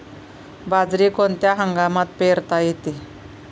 बाजरी कोणत्या हंगामात पेरता येते?